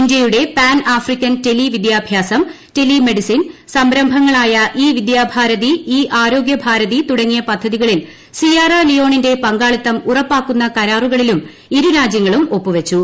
ഇന്ത്യയുടെ pan African tele വിദ്യാഭ്യാസം telemedicine സംരംഭങ്ങളായ ഇ വിദ്യാഭാരതി ഇ ആരോഗ്യഭാരതി തുടങ്ങിയ പദ്ധതികളിൽ സിയാറ ലിയോണിന്റെ പങ്കാളിത്തം ഉറപ്പാക്കുന്ന കരാറുകളിലും ഇരുരാജ്യങ്ങളും ഒപ്പു വച്ചു